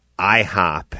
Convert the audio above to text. IHOP